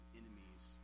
enemies